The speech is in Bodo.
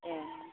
ए